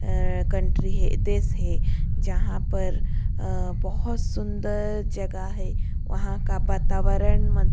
country देश है जहाँ पर बहुत सुंदर जगह है वहाँ का वातावरण मं